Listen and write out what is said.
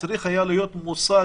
שצריך היה להיות מושג,